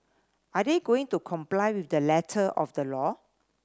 are they going to comply with the letter of the law